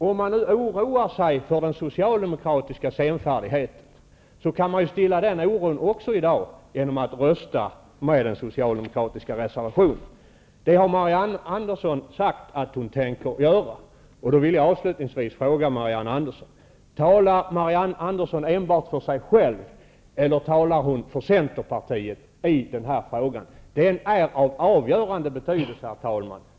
Om man nu oroar sig för den socialdemokratiska senfärdigheten, kan man stilla också den oron i dag genom att rösta på den socialdemokratiska reservationen. Marianne Andersson har sagt att hon tänker göra det. Jag vill därför avslutningsvis fråga Marianne Andersson: Talar Marianne Andersson enbart för sig själv eller talar hon för Centerpartiet i denna fråga? Den är av avgörande betydelse, herr talman.